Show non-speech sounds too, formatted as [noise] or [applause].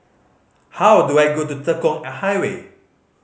how do I go to Tekong [unintelligible] Highway